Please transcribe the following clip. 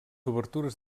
obertures